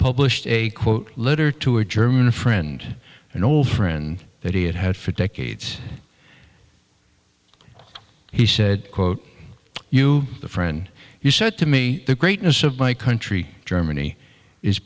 published a quote letter to a german friend an old friend that he had had for decades he said quote you the friend you said to me the greatness of my country germany is